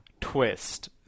twist